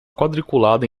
quadriculada